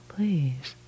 Please